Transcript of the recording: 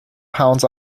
pounds